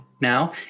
now